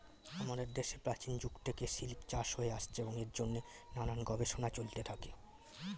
আমাদের দেশে প্রাচীন যুগ থেকে সিল্ক চাষ হয়ে আসছে এবং এর জন্যে নানান গবেষণা চলতে থাকে